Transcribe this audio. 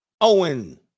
Owen